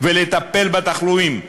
ולטפל בתחלואים.